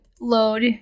load